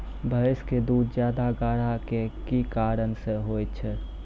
भैंस के दूध ज्यादा गाढ़ा के कि कारण से होय छै?